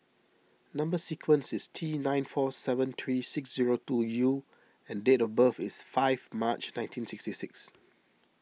Number Sequence is T nine four seven three six zero two U and date of birth is five March nineteen sixty six